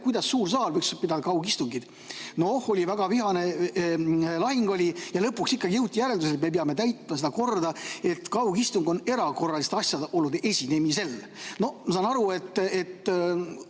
kuidas suur saal võiks pidada kaugistungeid – oli väga vihane lahing –, siis lõpuks ikkagi jõuti järeldusele, et me peame täitma seda korda, et kaugistung on erakorraliste asjaolude esinemisel. Ma saan aru, et